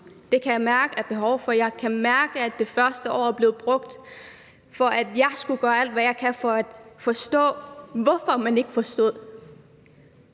det kan jeg mærke jeg har behov for, og jeg kan mærke, at det første år er blevet brugt på, at jeg skulle gøre alt, hvad jeg kunne, for at forstå, hvorfor man ikke forstod.